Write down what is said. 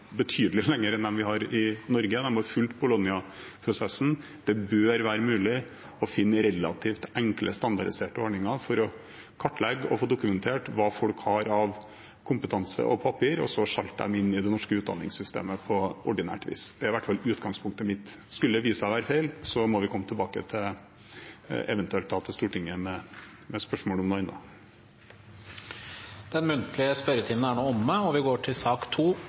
i Norge. De har fulgt Bologna-prosessen, og det bør være mulig å finne relativt enkle, standardiserte ordninger for å kartlegge og få dokumentert hva folk har av kompetanse og papir, og så sjalte dem inn i det norske utdanningssystemet på ordinært vis. Det er i hvert fall utgangspunktet mitt. Skulle det vise seg å være feil, må vi eventuelt komme tilbake til Stortinget med spørsmål om noe annet. Den muntlige spørretimen er nå omme. Det blir noen endringer i den oppsatte spørsmålslisten, og presidenten viser i den sammenheng til